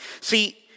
see